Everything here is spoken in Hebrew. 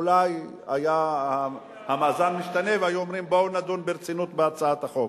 אולי המאזן היה משתנה והיו אומרים: בואו נדון ברצינות בהצעת החוק.